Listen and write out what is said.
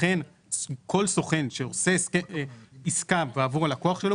לכן כל סוכן שעושה עסקה עבור הלקוח שלו,